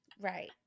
Right